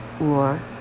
war